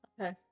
Okay